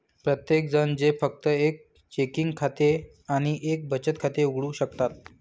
प्रत्येकजण जे फक्त एक चेकिंग खाते आणि एक बचत खाते उघडू शकतात